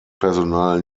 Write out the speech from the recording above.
personal